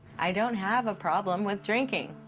i don't have a problem with drinking.